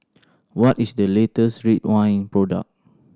what is the latest Ridwind product